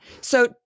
So-